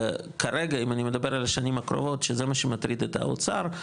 כרגע אם אני מדבר על השנים הקרובות שזה מה שמטריד את האוצר,